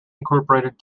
incorporated